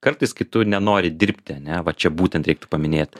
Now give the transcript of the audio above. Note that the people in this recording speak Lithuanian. kartais kai tu nenori dirbti ane va čia būtent reiktų paminėt